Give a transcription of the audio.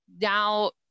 now